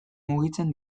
mugitzen